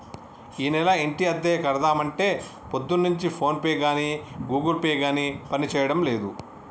ఈనెల ఇంటి అద్దె కడదామంటే పొద్దున్నుంచి ఫోన్ పే గాని గూగుల్ పే గాని పనిచేయడం లేదు